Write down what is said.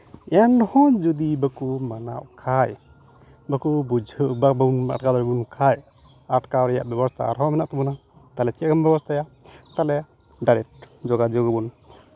ᱮᱱᱦᱚᱸ ᱡᱩᱫᱤ ᱵᱟᱠᱚ ᱢᱟᱱᱟᱜ ᱠᱷᱟᱱ ᱵᱟᱠᱚ ᱵᱩᱡᱷᱟᱹᱣ ᱵᱟᱵᱚᱱ ᱟᱸᱴᱠᱟᱣ ᱞᱮᱵᱚᱱ ᱠᱷᱟᱱ ᱟᱸᱴᱠᱟᱣ ᱨᱮᱭᱟᱜ ᱵᱮᱵᱚᱥᱛᱷᱟ ᱟᱨᱦᱚᱸ ᱢᱮᱱᱟᱜ ᱛᱟᱵᱚᱱᱟ ᱛᱟᱦᱚᱞᱮ ᱪᱮᱫ ᱮᱢ ᱵᱮᱵᱚᱥᱛᱷᱟᱭᱟ ᱛᱟᱦᱚᱞᱮ ᱰᱟᱭᱨᱮᱠᱴ ᱡᱳᱜᱟᱡᱳᱜᱽ ᱟᱵᱚᱱ